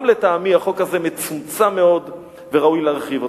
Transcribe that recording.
גם לטעמי החוק הזה מצומצם מאוד וראוי להרחיב אותו.